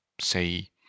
say